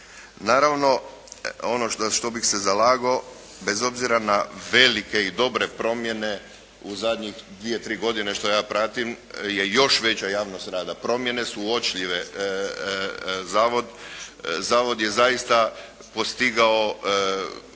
Naravno, ono za što bih se zalagao bez obzira na velike i dobre promjene u zadnjih dvije, tri godine što ja pratim je još veća javnost rada. Promjene su uočljive, zavod je zaista postigao